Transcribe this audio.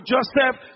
Joseph